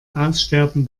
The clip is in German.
aussterben